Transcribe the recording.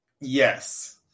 Yes